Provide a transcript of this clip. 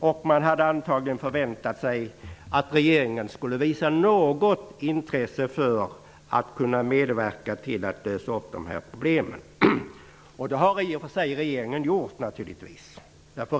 Fastighetsägarna förväntade sig antagligen att regeringen skulle visa något intresse för att medverka till att lösa dessa problem. Det har i och för sig regeringen gjort.